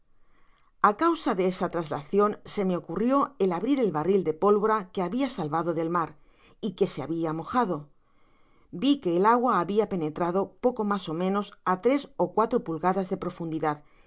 a causa de esa traslacion se me ocurrió el abrir el barril de pólvora que habia salvado del mar y que so habia mojado vi que el agua habia penetrado poco mas ó menos á tres ó cuatro pulgadas de profundidad y